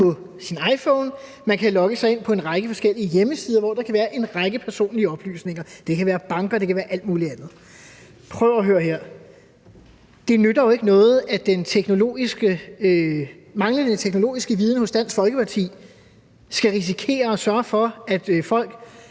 på sin iPhone, og man kan logge sig ind på en række forskellige hjemmesider, hvor der kan være en række personlige oplysninger. Det kan være banker, det kan være alt mulig andet. Prøv at høre her, det nytter jo ikke noget, at den manglende teknologiske viden hos Dansk Folkeparti skal risikere at betyde, at folk